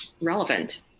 relevant